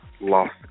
lost